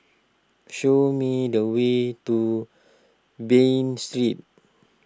show me the way to Bain Street